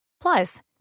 Plus